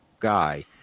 guy